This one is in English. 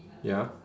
ya